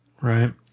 Right